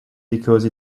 because